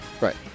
Right